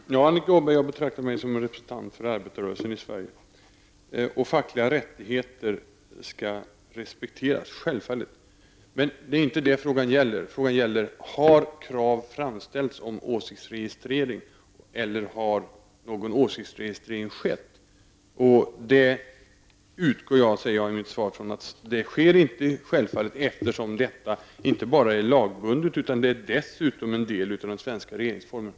Herr talman! Ja, Annika Åhnberg, jag betraktar mig som en representant för arbetarrörelsen i Sverige. Fackliga rättigheter skall självfallet respekteras. Det är dock inte detta frågan gäller. Frågan gäller om krav på åsiktsregistrering har framställts eller om någon åsiktsregistrering har skett. I mitt svar sade jag att jag utgår ifrån att så inte sker, eftersom detta inte bara är lagbundet utan dessutom ingår i den svenska regeringsformen.